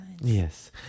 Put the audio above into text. Yes